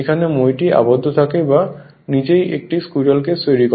এখানে মইটি আবদ্ধ থাকে বা নিজেই একটি স্কুইরেল কেজ তৈরি করে